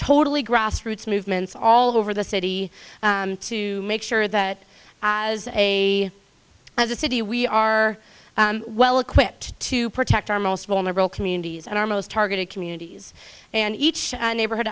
totally grassroots movements all over the city to make sure that as a as a city we are well equipped to protect our most vulnerable communities and our most targeted communities and each neighborhood